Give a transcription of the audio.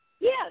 Yes